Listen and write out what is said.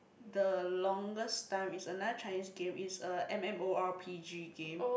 the longest time is another Chinese game is a M M_O_r_P_G game